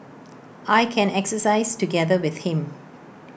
I can exercise together with him